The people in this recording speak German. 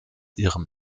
ihrem